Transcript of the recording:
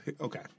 Okay